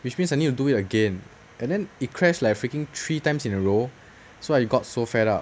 which means I need to do it again and then it crash like freaking three times in a row so I got so fed up